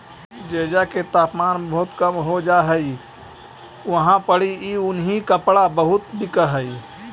जेजा के तापमान बहुत कम हो जा हई उहाँ पड़ी ई उन्हीं कपड़ा बहुत बिक हई